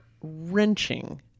wrenching